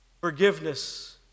Forgiveness